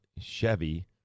Chevy